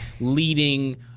leading